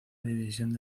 división